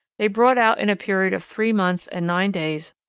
they brought out in a period of three months and nine days,